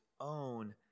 own